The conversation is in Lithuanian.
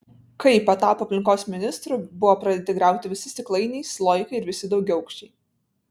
kai patapo aplinkos ministru buvo pradėti griauti visi stiklainiai sloikai ir visi daugiaaukščiai